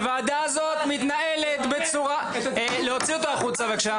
הוועדה הזאת מתנהלת בצורה ------ להוציא אותו החוצה בבקשה.